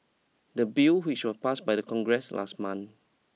the bill which was passed by Congress last month